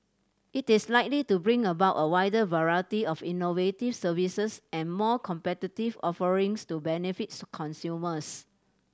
it is likely to bring about a wider variety of innovative services and more competitive offerings to benefits consumers